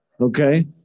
Okay